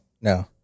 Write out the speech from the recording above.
no